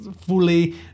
fully